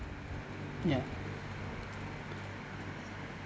ya